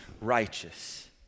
righteous